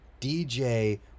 DJ